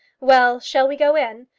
well shall we go in?